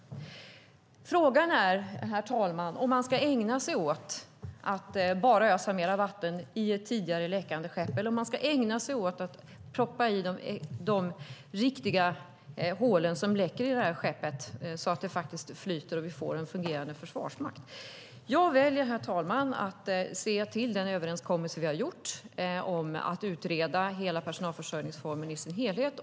Herr talman! Frågan är om man ska ägna sig åt att bara ösa mer vatten från ett tidigare läckande skepp eller om man ska ägna sig åt att proppa i de riktiga hålen som läcker i detta skepp så att det faktiskt flyter och vi får en fungerande försvarsmakt. Jag väljer att se till den överenskommelse som vi har gjort om att utreda hela personalförsörjningsreformen i sin helhet.